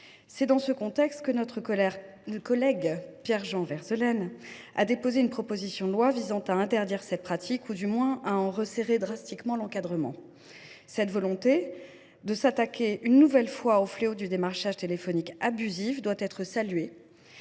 C’est dans ce contexte que notre collègue Pierre Jean Verzelen a déposé une proposition de loi visant à interdire cette pratique, du moins à en resserrer drastiquement l’encadrement. Cette volonté de s’attaquer une nouvelle fois au fléau du démarchage téléphonique abusif doit être saluée,